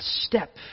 step